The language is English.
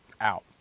out